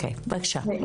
לך",